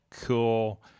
Cool